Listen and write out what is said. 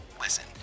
listen